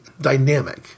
dynamic